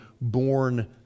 born